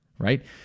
Right